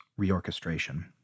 reorchestration